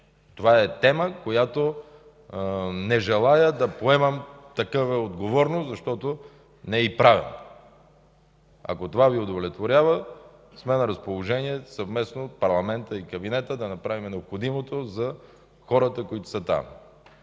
Това е тема, по която не желая да поемам такава отговорност, защото не е и правилно. Ако това Ви удовлетворява, сме на разположение, съвместно парламентът и кабинетът да направим необходимото за хората, които са там.